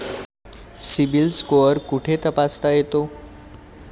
CIBIL score कुठे तपासता येतो?